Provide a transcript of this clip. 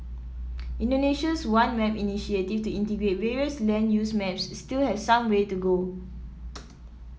Indonesia's One Map initiative to integrate various land use maps still has some way to go